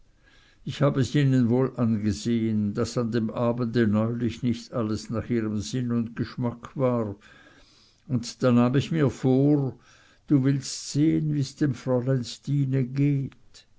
ich hab es ihnen wohl angesehen daß an dem abende neulich nicht alles nach ihrem sinn und geschmack war und da nahm ich mir vor du willst sehen wie's dem fräulein stine geht